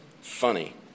funny